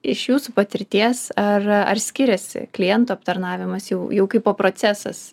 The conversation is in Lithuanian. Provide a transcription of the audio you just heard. iš jūsų patirties ar ar skiriasi klientų aptarnavimas jau jau kaip po procesas